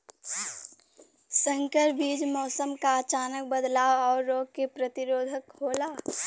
संकर बीज मौसम क अचानक बदलाव और रोग के प्रतिरोधक होला